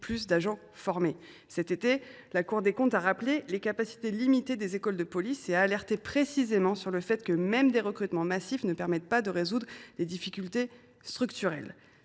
plus de formation. Cet été, la Cour des comptes a rappelé les capacités limitées des écoles de police et a alerté précisément sur le fait que même des recrutements massifs ne permettent pas de résoudre des « difficultés structurelles